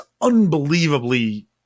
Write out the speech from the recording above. unbelievably